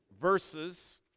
verses